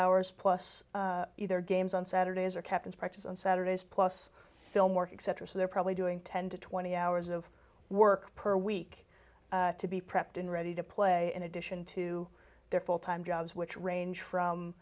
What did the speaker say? hours plus either games on saturdays or captains practice on saturdays plus film work etc so they're probably doing ten to twenty hours of work per week to be prepped and ready to play in addition to their full time jobs which range from